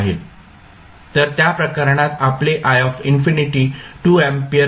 तर त्या प्रकरणात आपले 2 अँपिअर आहे